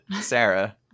Sarah